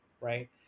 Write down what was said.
right